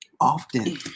often